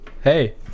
Hey